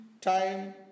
time